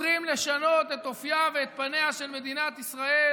חותרים לשנות את אופייה ואת פניה של מדינת ישראל